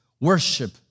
worship